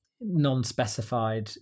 non-specified